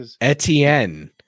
Etienne